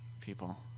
people